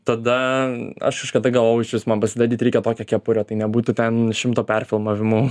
tada aš kažkada galvojau išvis man pasidaryt reikia tokią kepurę tai nebūtų ten šimto perfilmavimų